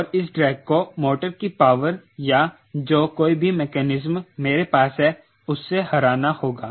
और इस ड्रैग को मोटर की पावर या जो कोई भी मेकैनिज्म मेरे पास है उससे हराना होगा